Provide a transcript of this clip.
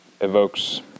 evokes